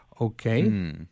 Okay